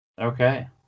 Okay